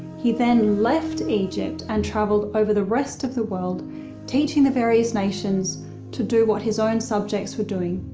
he then left egypt and travelled over the rest of the world teaching the various nations to do what his own subjects were doing.